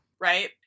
Right